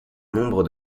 nombre